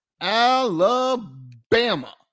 Alabama